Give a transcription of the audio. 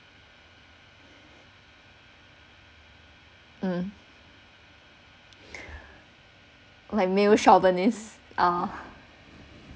mm like male chauvinist ah